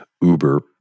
Uber